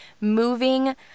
moving